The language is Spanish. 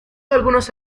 algunos